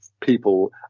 people